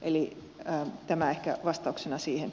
eli tämä ehkä vastauksena siihen